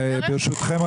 ברשותכם,